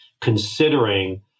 considering